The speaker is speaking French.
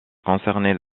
concernaient